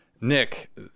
Nick